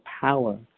power